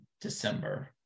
December